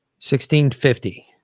$1,650